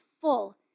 full